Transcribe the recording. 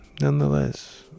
Nonetheless